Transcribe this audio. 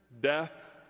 death